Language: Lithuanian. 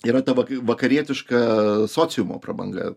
yra ta va vakarietiška sociumo prabanga